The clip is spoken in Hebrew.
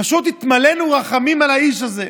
פשוט התמלאנו רחמים על האיש הזה.